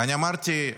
ואמרתי,